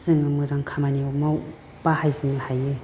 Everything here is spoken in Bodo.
जोङो मोजां खामानियाव बाहायनो हायो